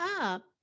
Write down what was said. up